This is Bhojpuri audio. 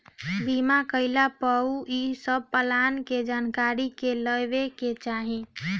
बीमा कईला पअ इ सब प्लान के जानकारी ले लेवे के चाही